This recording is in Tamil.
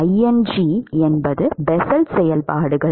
இங் என்பது பெசல் செயல்பாடுகள்